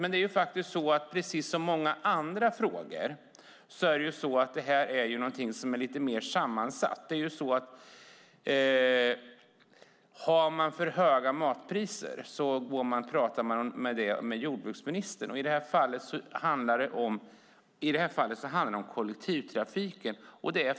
Men precis som i många andra frågor är det här lite mer sammansatt. Är matpriserna för höga talar man med jordbruksministern om det. Men i detta fall handlar det om kollektivtrafiken.